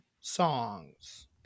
songs